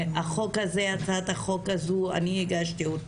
את הצעת החוק הזו אני הגשתי.